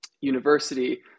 university